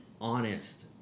honest